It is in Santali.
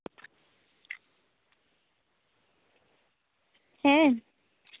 ᱦᱮᱸ